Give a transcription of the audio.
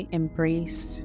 embrace